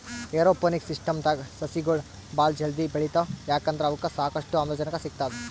aeroponics ಸಿಸ್ಟಮ್ದಾಗ್ ಸಸಿಗೊಳ್ ಭಾಳ್ ಜಲ್ದಿ ಬೆಳಿತಾವ್ ಯಾಕಂದ್ರ್ ಅವಕ್ಕ್ ಸಾಕಷ್ಟು ಆಮ್ಲಜನಕ್ ಸಿಗ್ತದ್